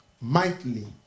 mightily